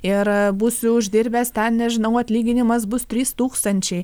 ir būsiu uždirbęs ten nežinau atlyginimas bus trys tūkstančiai